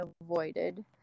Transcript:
avoided